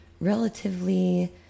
relatively